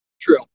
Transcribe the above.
True